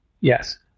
Yes